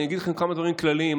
אני אגיד לכם כמה דברים כלליים,